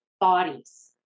bodies